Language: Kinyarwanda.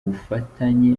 bufatanye